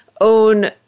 own